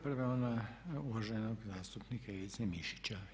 Prva je ona uvaženog zastupnika Ivice Mišića.